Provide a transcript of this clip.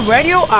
Radio